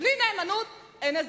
בלי נאמנות, אין אזרחות.